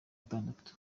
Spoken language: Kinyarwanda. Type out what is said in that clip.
gatandatu